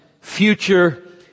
future